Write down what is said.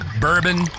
bourbon